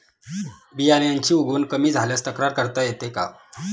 बियाण्यांची उगवण कमी झाल्यास तक्रार करता येते का?